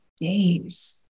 days